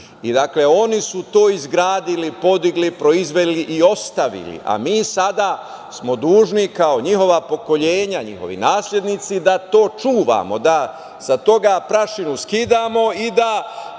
predaka. Oni su to izgradili, podigli, proizveli i ostavili, a mi sada smo dužni kao njihova pokolenja, njihovi naslednici da to čuvamo, da sa toga prašinu skidamo i da